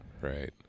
Right